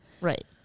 Right